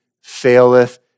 faileth